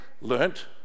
learnt